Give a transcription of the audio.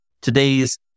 Today's